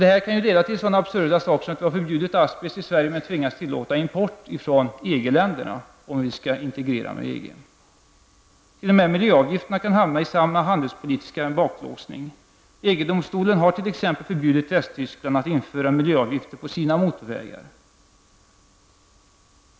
Detta kan leda till sådana absurda situationer som att vi tvingas tillåta import från EG-länderna av den i Sverige förbjudna asbesten, om vi skall integreras med EG. T.o.m. miljöavgifterna kan gå i samma handelspolitiska baklås. EG-domstolen har t.ex. förbjudit Västtyskland att införa miljöavgifter på sina motorvägar.